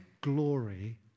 glory